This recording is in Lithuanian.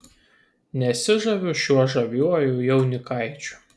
nesižaviu šiuo žaviuoju jaunikaičiu